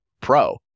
pro